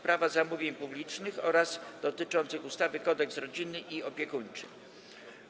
Prawa zamówień publicznych oraz dotyczących ustawy Kodeks rodzinny i opiekuńczy.